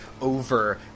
over